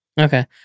Okay